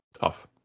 Tough